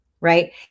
right